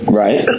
right